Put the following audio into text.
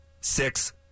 six